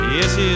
Yes